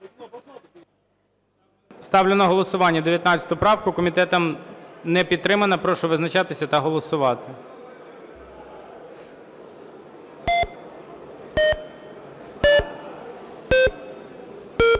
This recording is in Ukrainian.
Ставлю на голосування 19 правку. Комітетом не підтримана. Прошу визначатись та голосувати. 11:21:48